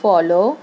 follow